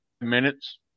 minutes